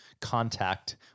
contact